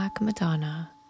Madonna